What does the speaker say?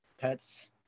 pets